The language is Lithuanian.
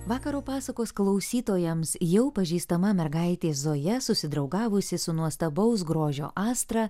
vakaro pasakos klausytojams jau pažįstama mergaitė zoja susidraugavusi su nuostabaus grožio astra